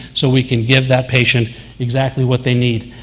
so we can give that patient exactly what they need.